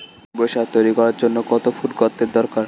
জৈব সার তৈরি করার জন্য কত ফুট গর্তের দরকার?